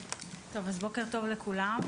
טוב, אז בוקר טוב לכולם.